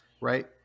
right